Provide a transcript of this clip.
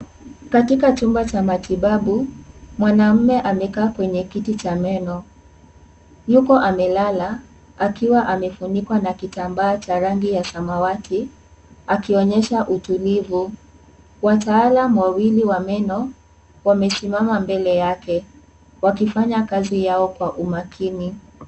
Katika chumba cha matibabu, mwanamme amekaa kwenye kiti cha meno yuko amelala akiwa amefunikwa na kitambaa cha rangi ya samawati akionyesha utulivu. Wataalamu wawili wa meno wamesimama mbele yake wakifanaya kazi yao kwa umakini.